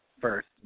first